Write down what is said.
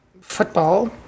football